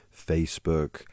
Facebook